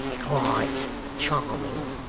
quite charming